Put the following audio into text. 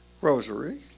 rosary